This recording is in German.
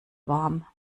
warm